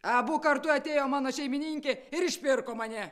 abu kartu atėjo mano šeimininkė ir išpirko mane